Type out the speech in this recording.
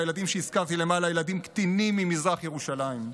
והילדים שהזכרתי למעלה הם ילדים קטינים ממזרח ירושלים.